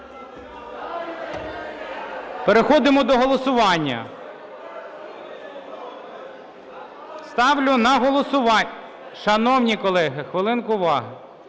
Переходимо до голосування. Ставлю на голосування... Шановні колеги, хвилинку уваги.